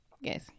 yes